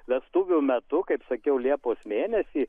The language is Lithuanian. vestuvių metu kaip sakiau liepos mėnesį